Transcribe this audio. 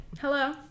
hello